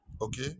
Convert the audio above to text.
Okay